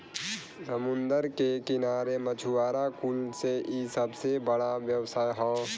समुंदर के किनारे मछुआरा कुल से इ सबसे बड़ा व्यवसाय हौ